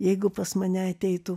jeigu pas mane ateitų